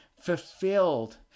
fulfilled